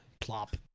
Plop